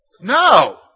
No